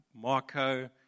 Marco